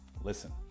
Listen